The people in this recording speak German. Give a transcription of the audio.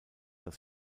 das